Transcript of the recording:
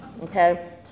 Okay